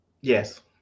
Yes